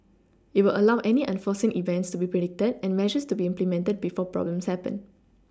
it will allow any unforeseen events to be predicted and measures to be implemented before problems happen